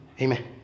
Amen